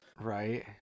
Right